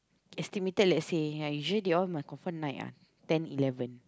estimated let's say yeah usually they all must confirm night ah ten eleven